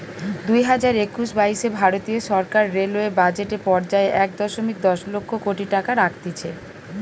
দুইহাজার একুশ বাইশে ভারতীয় সরকার রেলওয়ে বাজেট এ পর্যায়ে এক দশমিক দশ লক্ষ কোটি টাকা রাখতিছে